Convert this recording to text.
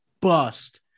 bust